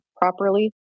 properly